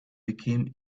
became